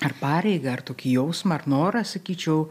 ar pareigą ar tokį jausmą ar norą sakyčiau